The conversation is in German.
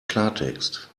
klartext